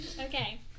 Okay